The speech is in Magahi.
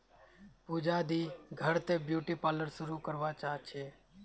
पूजा दी घर त ब्यूटी पार्लर शुरू करवा चाह छ